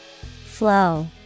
Flow